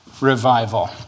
revival